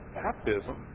baptism